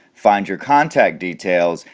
find your contact details,